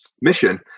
mission